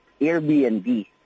Airbnb